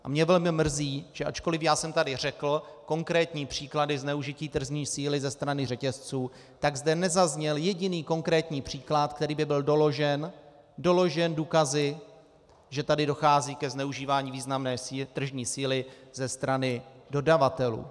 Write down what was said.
A mě velmi mrzí, že ačkoliv já jsem tady řekl konkrétní příklady zneužití tržní síly ze strany řetězců, tak zde nezazněl jediný konkrétní příklad, který by byl doložen důkazy, že tady dochází ke zneužívání významné tržní síly ze strany dodavatelů.